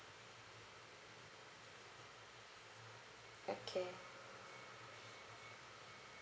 okay